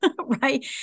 right